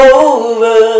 over